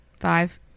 five